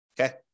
okay